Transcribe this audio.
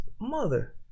mother